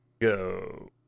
go